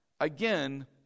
Again